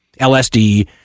LSD